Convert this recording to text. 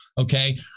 Okay